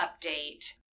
update